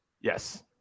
Yes